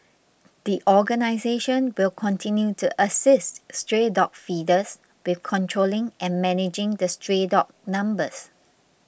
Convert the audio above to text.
the organisation will continue to assist stray dog feeders with controlling and managing the stray dog numbers